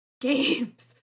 games